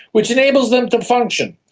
which enables them to function.